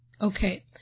Okay